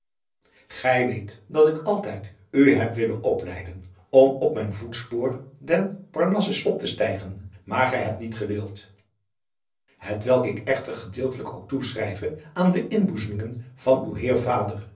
gij weet dat ik altijd u heb willen opleiden om op mijn voetspoor den parnassus op te stijgen maar gij hebt niet gewild hetwelk ik echter gedeeltelijk ook toeschrijve aan de inboezemingen van uw heer vader